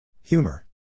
Humor